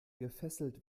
gefesselt